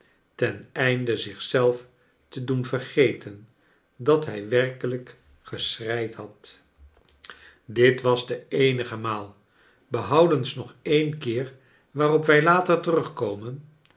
ten einde zich zelf te doen vergeten dat hij werkelijk geschreid had dit was de eenige maal behoudens nog een keer waarop wij later terugk